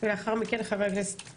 וכן רואים איזשהו שינוי,